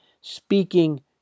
speaking